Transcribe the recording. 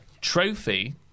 trophy